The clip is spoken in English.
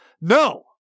No